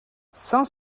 cent